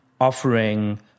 offering